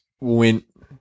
went